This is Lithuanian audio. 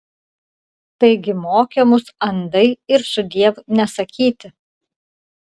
taigi mokė mus andai ir sudiev nesakyti